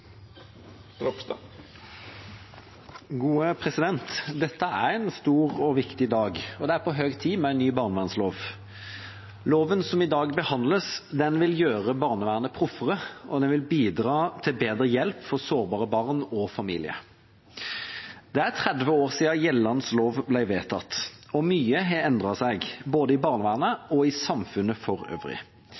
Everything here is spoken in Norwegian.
på høy tid med en ny barnevernslov. Loven som i dag behandles, vil gjøre barnevernet proffere, og den vil bidra til bedre hjelp for sårbare barn og familier. Det er 30 år siden gjeldende lov ble vedtatt. Mye har endret seg, både i barnevernet og i samfunnet for øvrig.